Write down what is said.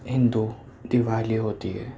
ہندو دیوالی ہوتی ہے